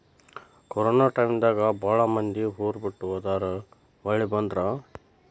corona time ದಾಗ ಬಾಳ ಮಂದಿ ಊರ ಬಿಟ್ಟ ಹೊದಾರ ಹೊಳ್ಳಿ ಬಂದ್ರ